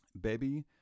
Baby